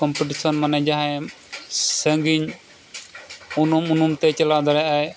competition ᱢᱟᱱᱮ ᱡᱟᱦᱟᱸᱭ ᱥᱟᱺᱜᱤᱧ ᱩᱱᱩᱢ ᱩᱱᱩᱢ ᱛᱮᱭ ᱪᱟᱞᱟᱣ ᱫᱟᱲᱮᱭᱟᱜᱼᱟᱭ